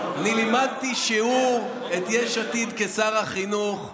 אני לימדתי שיעור את יש עתיד כשר החינוך.